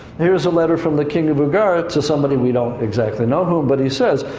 here's a letter from the king of ugarit to somebody, we don't exactly know whom. but he says,